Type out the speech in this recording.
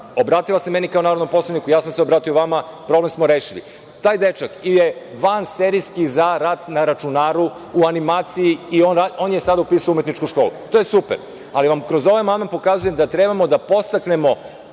obratila se meni kao narodnom poslaniku, ja sam se obratio vama i problem smo rešili. Taj dečak je vanserijski za rad na računaru, u animaciji i on je sada upisao umetničku školu. To je super, ali vam kroz ovaj amandman pokazujem da treba da podstaknemo